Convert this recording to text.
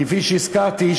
כפי שהזכרתי,